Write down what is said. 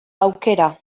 aukera